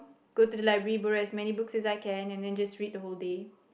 go the library borrow as many books as I can and then just read the whole day